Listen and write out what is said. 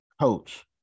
coach